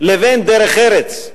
לבין דרך ארץ,